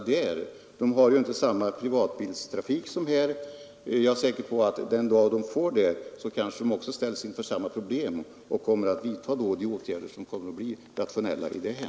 Sovjet har inte samma privatbilstrafik som vi. Jag är säker på att Sovjet den dag detta land får detta ställs inför samma problem och kommer att vidta de åtgärder som blir nödvändiga för att komma till rätta med dem.